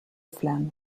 flammes